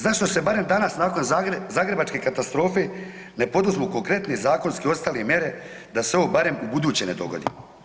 Zašto se barem danas nakon zagrebačke katastrofe ne poduzmu konkretne zakonske i ostale mjere da se ovo barem ubuduće ne dogodi.